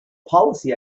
policy